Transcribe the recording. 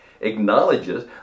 acknowledges